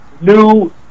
new